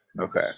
Okay